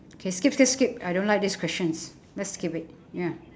K skip skip skip I don't like this questions let's skip it ya